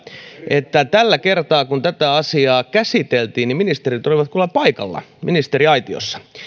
että tällä kertaa kun tätä asiaa käsiteltiin ministerit olivat kyllä paikalla ministeriaitiossa